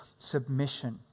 submission